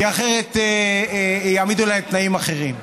כי אחרת יעמידו להם תנאים אחרים.